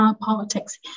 politics